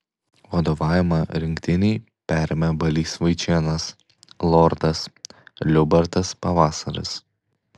vadovavimą rinktinei perėmė balys vaičėnas lordas liubartas pavasaris